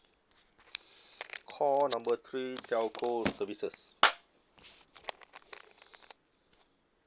call number three telco services